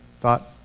thought